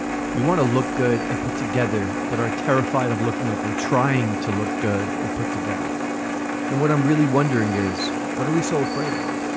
we want to look good and put together, but our terrified of looking like we're trying to look good and put together and what i'm really wondering is what are we so afraid of?